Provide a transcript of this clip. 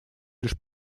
лишь